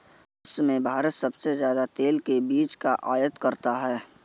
विश्व में भारत सबसे ज्यादा तेल के बीज का आयत करता है